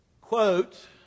quote